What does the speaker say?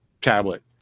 tablet